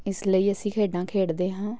ਇਸ ਲਈ ਅਸੀਂ ਖੇਡਾਂ ਖੇਡਦੇ ਹਾਂ